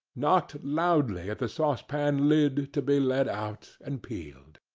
knocked loudly at the saucepan-lid to be let out and peeled.